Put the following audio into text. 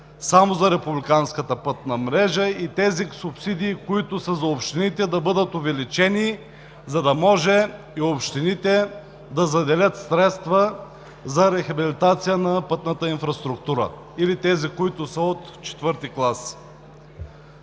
само за републиканската пътна мрежа и тези субсидии, които са за общините, да бъдат увеличени, за да може и общините да заделят средства за рехабилитация на пътната инфраструктура или тези, които са от четвърти клас.